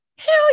Hell